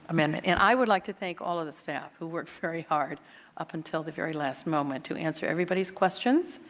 um and and i would like to thank all of the staff who worked very hard up until the very last moment to answer everybody's questions.